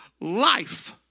life